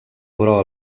però